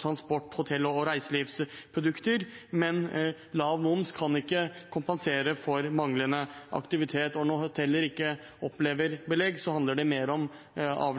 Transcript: transport-, hotell- og reiselivsprodukter, men lav moms kan ikke kompensere for manglende aktivitet. Og når hoteller ikke opplever belegg, handler det mer om